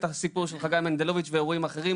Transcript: הסיפור של חגי מנדלוביץ' ואירועים אחרים,